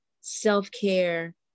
self-care